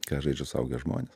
ką žaidžia suaugę žmonės